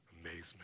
amazement